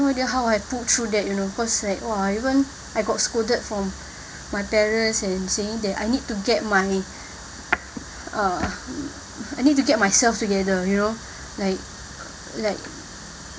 idea how I pulled through that you know cause like !wah! even I got scolded from my parents and saying that I need to get my uh I need to get myself together you know like like